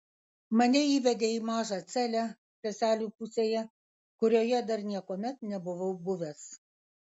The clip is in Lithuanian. mane įvedė į mažą celę seselių pusėje kurioje dar niekuomet nebuvau buvęs